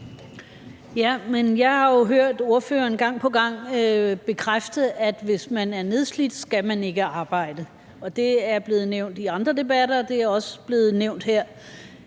Jeg har jo hørt ordføreren gang på gang bekræfte, at hvis man er nedslidt, skal man ikke arbejde. Det er blevet nævnt i andre debatter, og det er også blevet nævnt her: